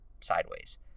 sideways